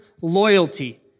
loyalty